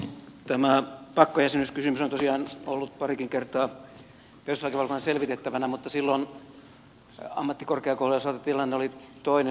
tämä pakkojäsenyyskysymys on tosiaan ollut parikin kertaa perustuslakivaliokunnan selvitettävänä mutta silloin ammattikorkeakoulujen osalta tilanne oli toinen